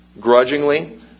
grudgingly